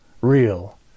real